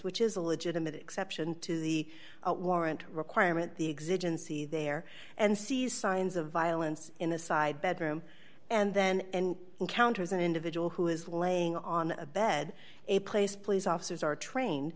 which is a legitimate exception to the warrant requirement the exemption see there and sees signs of violence in a side bedroom and then encounters an individual who is laying on a bed a place police officers are trained